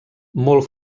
molt